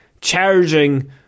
charging